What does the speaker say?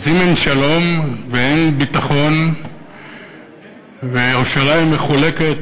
אז אם אין שלום ואין ביטחון וירושלים מחולקת,